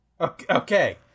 Okay